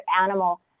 animal